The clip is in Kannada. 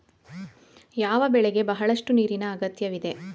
ಯಾವ ಬೆಳೆಗೆ ಬಹಳಷ್ಟು ನೀರಿನ ಅಗತ್ಯವಿದೆ?